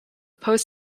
post